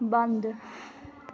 बंद